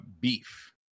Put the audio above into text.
beef